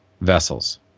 vessels